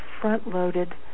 front-loaded